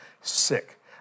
sick